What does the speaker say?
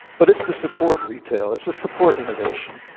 but it's to support retail. it's to support innovation.